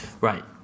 right